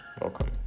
Welcome